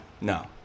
no